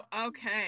Okay